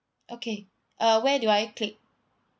okay uh where do I click